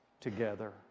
together